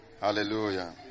Hallelujah